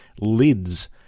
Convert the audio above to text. LIDS